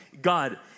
God